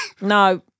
No